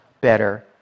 better